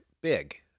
big